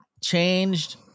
changed